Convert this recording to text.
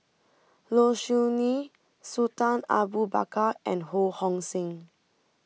Low Siew Nghee Sultan Abu Bakar and Ho Hong Sing